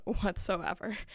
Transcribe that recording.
whatsoever